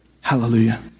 Hallelujah